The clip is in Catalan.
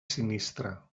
sinistre